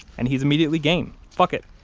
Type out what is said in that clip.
and he's immediately game. fuck it.